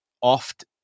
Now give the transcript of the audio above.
oft